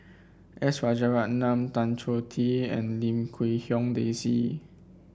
S Rajaratnam Tan Choh Tee and Lim Quee Hong Daisy